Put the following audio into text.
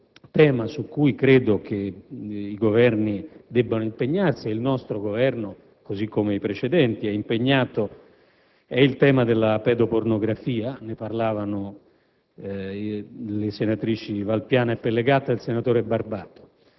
tema su cui credo che i Governi debbano impegnarsi e su cui il nostro Governo, così come i precedenti, è impegnato, è il tema della pedopornografia (ne parlavano le senatrici Valpiana e Pellegatta e il senatore Barbato)